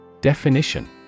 Definition